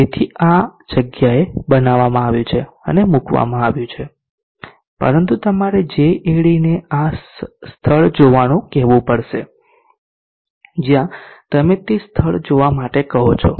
તેથી આ આ જગ્યાએ બનાવવામાં આવ્યું છે અને મૂકવામાં આવ્યું છે પરંતુ તમારે JADને આ સ્થળ જોવાનું કહેવું પડશે જ્યાં તમે તે સ્થળ જોવા માટે કહો છો